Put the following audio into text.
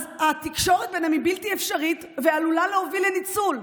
אז התקשורת ביניהם היא בלתי אפשרית ועלולה להוביל לניצול.